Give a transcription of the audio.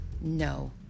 No